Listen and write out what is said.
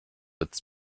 its